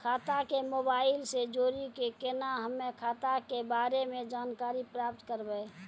खाता के मोबाइल से जोड़ी के केना हम्मय खाता के बारे मे जानकारी प्राप्त करबे?